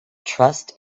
trust